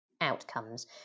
outcomes